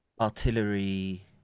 artillery